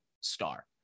star